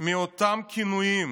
מאותם כינויים